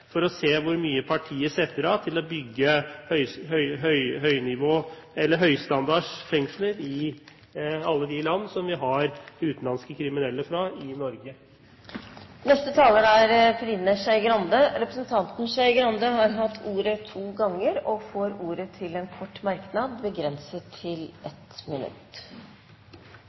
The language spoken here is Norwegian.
for å se hvor mye partiet setter av til å bygge høystandardfengsler i alle de land som vi har utenlandske kriminelle fra i Norge. Representanten Skei Grande har hatt ordet to ganger og får ordet til en kort merknad, begrenset til 1 minutt. Jeg kan jo bemerke at Venstre ikke har holdt noe hovedinnlegg, men jeg skal klare dette på ett minutt.